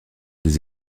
des